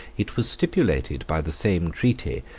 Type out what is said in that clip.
it was stipulated by the same treaty,